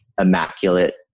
immaculate